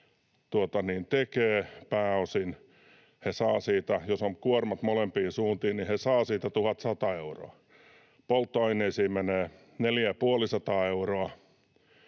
tekevät pääosin, on kuormat molempiin suuntiin, niin he saavat siitä 1 100 euroa. Polttoaineisiin menee 450 euroa,